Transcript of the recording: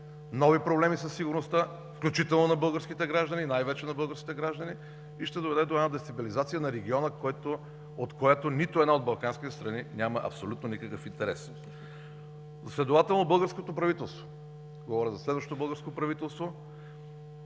нови проблеми със сигурността, включително на българските граждани и най-вече на българските граждани, и ще доведе до една дестабилизация на региона, от която нито една от балканските страни няма абсолютно никакъв интерес. Следователно българското правителство, говоря за следващото българско правителство,